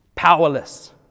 powerless